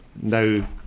now